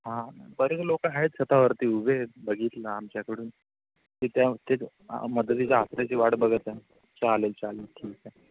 हां बरेच लोक आहेत छतावरती उभे बघितलं आमच्याकडून की त्या ते मदतीच्या हाताची वाट बघतात चालेल चालेल ठीक आहे